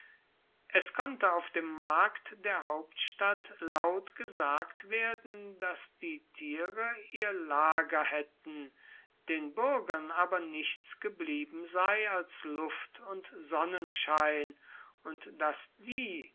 es konnte auf dem markt der hauptstadt laut gesagt werden daß die tiere ihr lager hätten den bürgern aber nichts geblieben sei als luft und sonnenschein und daß die